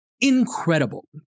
incredible